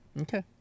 Okay